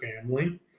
family